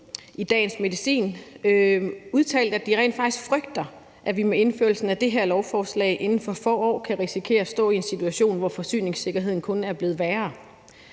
i Dagens Medicin udtalt, at de rent faktisk frygter, at vi med vedtagelsen af det her lovforslag inden for få år kan risikere at stå i en situation, hvor forsyningssikkerheden kun er blevet værre.